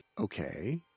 Okay